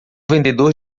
vendedor